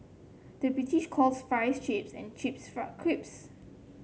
the British calls fries chips and chips